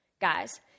Guys